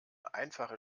einfache